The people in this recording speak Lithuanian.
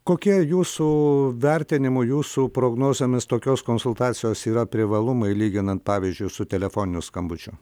kokie jūsų vertinimu jūsų prognozėmis tokios konsultacijos yra privalumai lyginant pavyzdžiui su telefoniniu skambučiu